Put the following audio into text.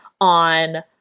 on